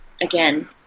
again